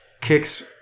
Kicks